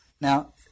Now